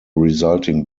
resulting